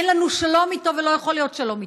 אין לנו שלום איתו ולא יכול להיות שלום איתו.